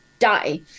die